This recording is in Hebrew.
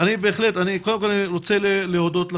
אני רוצה להודות לכם.